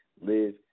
live